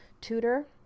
tutor